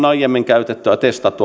aiemmin testattu